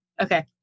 Okay